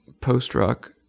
post-rock